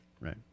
Right